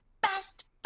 best